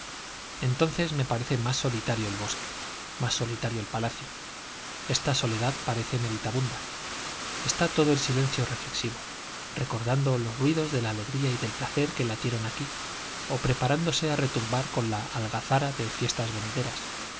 entonces me parece más solitario el bosque más solitario el palacio esta soledad parece meditabunda está todo en silencio reflexivo recordando los ruidos de la alegría y del placer que latieron aquí o preparándose a retumbar con la algazara de fiestas venideras